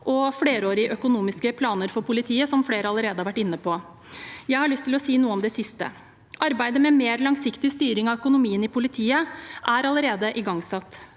og flerårige økonomiske planer for politiet, som flere allerede har vært inne på. Jeg har lyst til å si noe om det siste. Arbeidet med mer langsiktig styring av økonomien i politiet er allerede igangsatt,